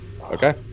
Okay